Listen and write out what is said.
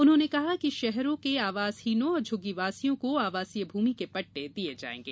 उन्होंने कहा है कि शहरों के आवासहीनों और झुग्गीवासियों को आवासीय भूमि के पट्टे दिये जायेंगे